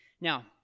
Now